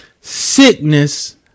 Sickness